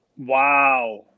Wow